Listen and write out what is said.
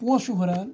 پونٛسہٕ چھُ ہُران